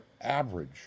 average